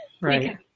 Right